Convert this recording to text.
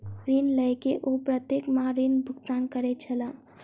ऋण लय के ओ प्रत्येक माह ऋण भुगतान करै छलाह